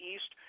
East